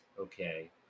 okay